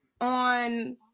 on